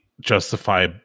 justify